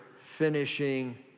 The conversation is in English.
finishing